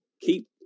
Keep